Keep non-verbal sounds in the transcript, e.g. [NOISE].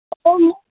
[UNINTELLIGIBLE]